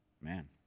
Man